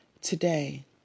today